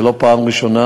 זו לא הפעם הראשונה.